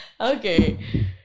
Okay